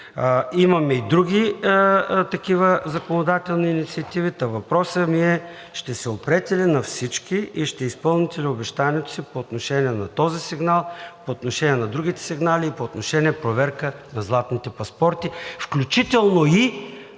Имаме и други такива законодателни инициативи. Та въпросът ми е – ще се опрете ли на всички и ще изпълните ли обещанието си по отношение на този сигнал, по отношение на другите сигнали и по отношение проверка на „златните паспорти“, включително и